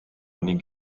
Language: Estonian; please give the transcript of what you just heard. ning